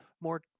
More